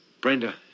Brenda